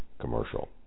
Commercial